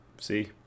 see